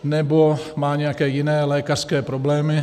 Nebo má nějaké jiné lékařské problémy.